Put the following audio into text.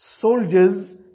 soldiers